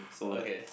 okay